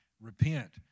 Repent